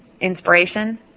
inspiration